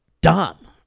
dumb